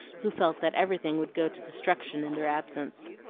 who felt that everything would go to destruction in their absence.